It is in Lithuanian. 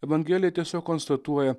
evangelija tiesiog konstatuoja